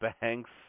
Banks